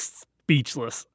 speechless